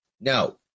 No